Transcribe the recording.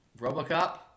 Robocop